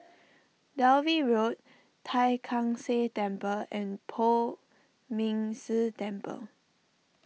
Dalvey Road Tai Kak Seah Temple and Poh Ming Tse Temple